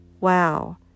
wow